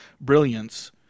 brilliance